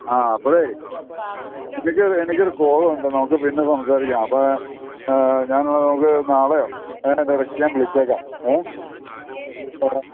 ആ അപ്പോഴേ എനിക്കൊരു എനിക്കൊരു കോളുണ്ട് നമുക്കു പിന്നെ സംസാരിക്കാം അപ്പോള് ഞാൻ എന്നാല് നമുക്ക് നാളെയോ അതിൻ്റെ ഇടയ്ക്കൊക്കെ ഞാൻ വിളിച്ചേക്കാം ഏ ആ